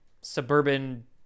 suburban